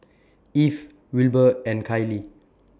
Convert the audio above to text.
Eve Wilber and Kiley